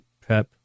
prep